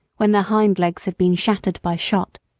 when their hind legs had been shattered by shot.